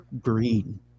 green